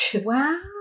Wow